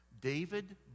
David